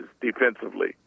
defensively